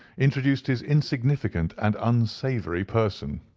introduced his insignificant and unsavoury person.